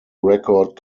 record